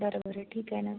बरं बरं ठीक आहे न